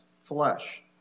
flesh